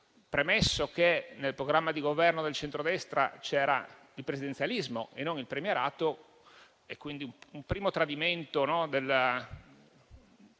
Premesso che, nel programma di Governo del centrodestra, c'era il presidenzialismo e non il premierato, è questo un primo tradimento della